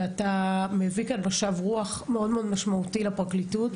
ואתה מביא כאן משב רוח משמעותי מאוד לפרקליטות.